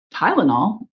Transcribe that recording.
Tylenol